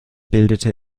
bildete